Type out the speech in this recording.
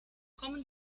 kommen